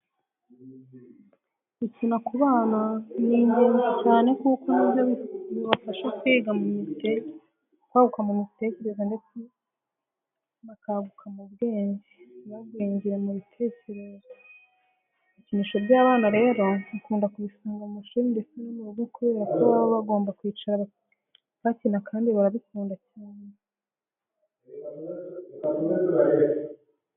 Gukina ku bana ni ingenzi cyane kuko ni byo bibafasha kwaguka mu mitekerereze ndetse bagakura mu bwenge, ntibagwingire mu bitekerezo. Ibikinisho by'abana rero ukunda kubisanga ku mashuri ndetse no mu rugo kubera ko baba bagomba kwicara bakina kandi barabikunda cyane.